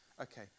okay